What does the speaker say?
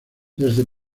desde